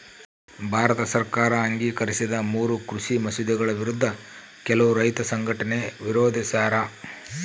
ಭಾರತ ಸರ್ಕಾರ ಅಂಗೀಕರಿಸಿದ ಮೂರೂ ಕೃಷಿ ಮಸೂದೆಗಳ ವಿರುದ್ಧ ಕೆಲವು ರೈತ ಸಂಘಟನೆ ವಿರೋಧಿಸ್ಯಾರ